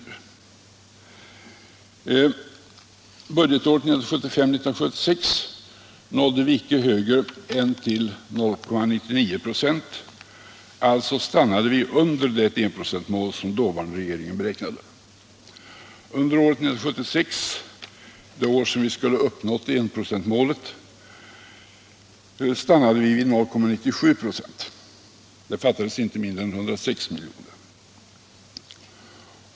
Budgetåret 1975/76 nådde vi icke högre än till 0,99 96 — alltså stannade vi under det enprocentsmål som dåvarande regeringen beräknade. Under år 1976, det år vi skulle ha uppnått enprocentsmålet, stannade vi vid 0,97 96. Det fattades inte mindre än 106 miljoner.